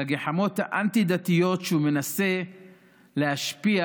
לגחמות האנטי-דתיות שהוא מנסה להשפיע